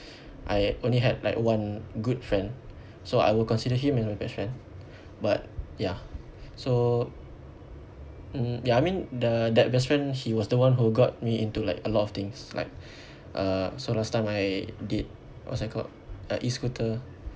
I only had like one good friend so I will consider him as my best friend but ya so mm ya I mean the that best friend he was the one who got me into like a lot of things like uh so last time I did what's that called a E scooter